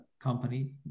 company